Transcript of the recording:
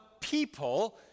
people